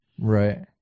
Right